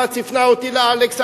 מע"צ הפנה אותי לאלכס,